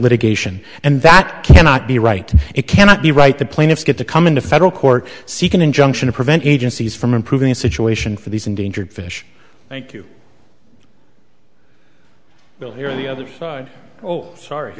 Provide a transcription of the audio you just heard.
litigation and that cannot be right it cannot be right the plaintiffs get to come into federal court seek an injunction to prevent agencies from improving the situation for these endangered fish thank you well you're on the other side oh sorry